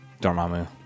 Dormammu